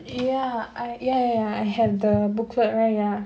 ya I ya ya ya I have the booklet right ya